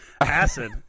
acid